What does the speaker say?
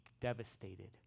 devastated